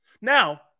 Now